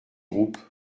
groupes